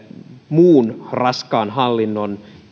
muun raskaan hallinnon